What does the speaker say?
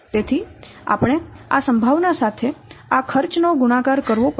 તેથી આપણે આ સંભાવના સાથે આ ખર્ચ નો ગુણાકાર કરવો પડશે